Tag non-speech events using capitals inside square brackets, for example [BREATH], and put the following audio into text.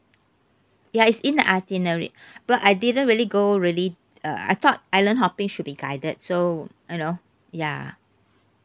ya it's in the itinerary [BREATH] but I didn't really go really uh I thought island hopping should be guided so you know ya